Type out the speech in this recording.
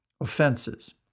offenses